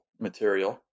material